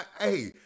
Hey